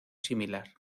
similar